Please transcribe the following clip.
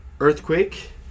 Earthquake